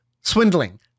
swindling